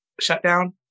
shutdown